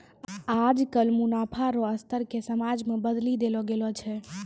आजकल मुनाफा रो स्तर के समाज मे बदली देल गेलो छै